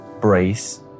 brace